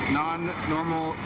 non-normal